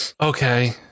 Okay